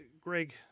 Greg